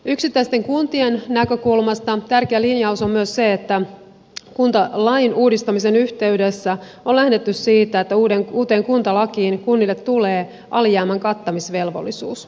yksittäisten kuntien näkökulmasta tärkeä linjaus on myös se että kuntalain uudistamisen yhteydessä on lähdetty siitä että uuteen kuntalakiin kunnille tulee alijäämän kattamisvelvollisuus